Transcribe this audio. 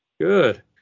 good